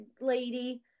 Lady